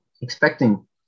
expecting